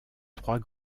trois